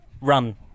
Run